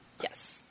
Yes